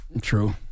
True